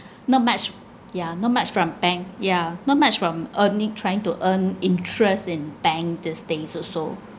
not much yeah not much from bank yeah not much from only trying to earn interest in bank these days also